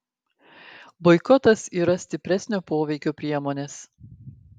boikotas yra stipresnio poveikio priemonės